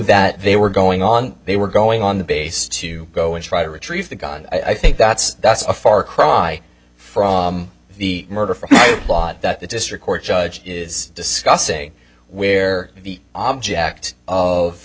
that they were going on they were going on the base to go and try to retrieve the gun i think that's that's a far cry from the murder for hire plot that the district court judge is discussing where the object of